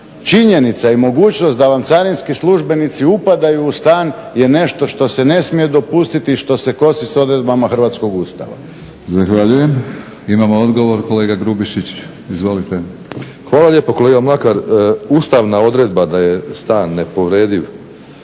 Činjenica i mogućnost da vam carinski službenici upadaju u stan je nešto što se ne smije dopustiti i što se kosi sa odredbama hrvatskog Ustava. **Batinić, Milorad (HNS)** Zahvaljujem. Imamo odgovor kolega Grubišić. Izvolite. **Grubišić, Boro (HDSSB)** Hvala lijepo. Kolega Mlakar ustavna odredba da je stan nepovrediv